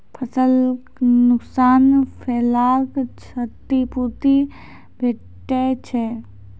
फसलक नुकसान भेलाक क्षतिपूर्ति भेटैत छै?